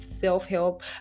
self-help